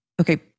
okay